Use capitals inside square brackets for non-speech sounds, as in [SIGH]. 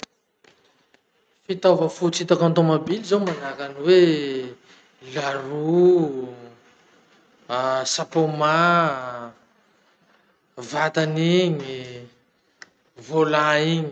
Fitaovo fototsy hitako amy tomobily zao manahaky any hoe la roue, [HESITATION] sapoma, vatan'igny, volant igny.